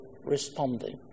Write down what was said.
responding